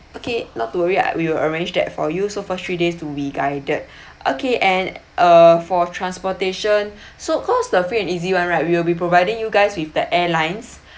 okay not to worry I we will arrange that for you so for three days to be guided okay and uh for transportation so cause the free and easy one right we will be providing you guys with the airlines